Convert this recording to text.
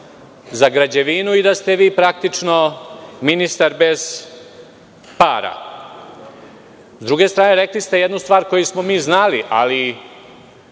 za građevinu i da ste vi praktično ministar bez para. S druge strane, rekli ste jednu stvar koju smo mi znali, ali